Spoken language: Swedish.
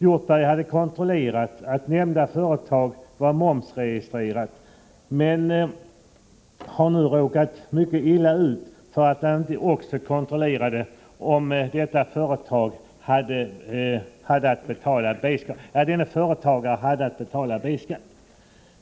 Hjortberg hade kontrollerat att nämnda företag var momsregistrerat men har nu råkat mycket illa ut därför att han inte också kontrollerat om denne företagare hade att betala B-skatt.